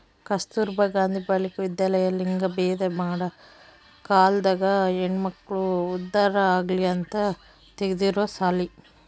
ಕಸ್ತುರ್ಭ ಗಾಂಧಿ ಬಾಲಿಕ ವಿದ್ಯಾಲಯ ಲಿಂಗಭೇದ ಮಾಡ ಕಾಲ್ದಾಗ ಹೆಣ್ಮಕ್ಳು ಉದ್ದಾರ ಆಗಲಿ ಅಂತ ತೆಗ್ದಿರೊ ಸಾಲಿ